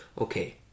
Okay